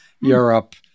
Europe